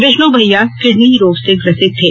विष्णु भईया किडनी रोग से ग्रसित थे